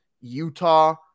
utah